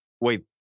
wait